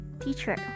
teacher